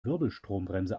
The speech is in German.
wirbelstrombremse